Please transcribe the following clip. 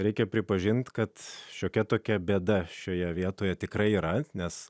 reikia pripažinti kad šiokia tokia bėda šioje vietoje tikrai yra nes